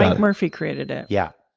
um murphy created it. yeah,